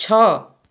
ଛଅ